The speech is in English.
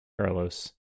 Carlos